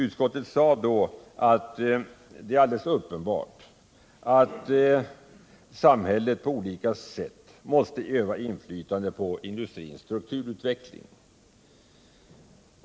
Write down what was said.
Utskottet sade då att det är alldeles uppenbart att samhället på olika sätt måste utöva inflytande på industrins strukturutveckling.